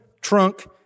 trunk